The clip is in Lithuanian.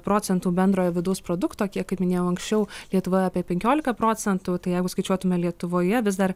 procentų bendrojo vidaus produkto kiek kaip minėjau anksčiau lietuvoje apie penkiolika procentų tai jeigu skaičiuotume lietuvoje vis dar